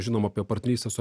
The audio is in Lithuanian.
inoma apie partnerystę su